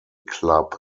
club